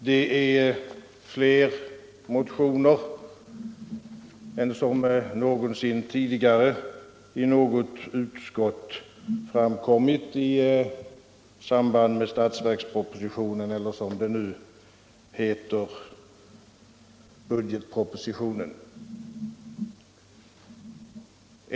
Det är fler motioner än som någonsin tidigare har remitterats till något utskott i samband med statsverkspropositionen eller som det nu heter budgetpropositionen.